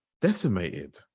decimated